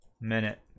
minute